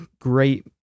great